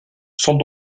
sont